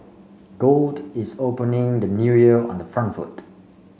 gold is opening the New Year on the front foot